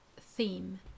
theme